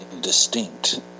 distinct